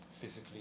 physically